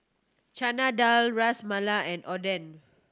Chana Dal Ras Malai and Oden